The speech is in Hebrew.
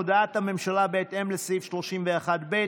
הודעת הממשלה בהתאם לסעיף 31(ב)